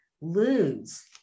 lose